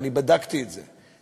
ואני בדקתי את זה,